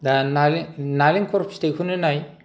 दा नारेंखल फिथाइखौनो नाय